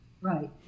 Right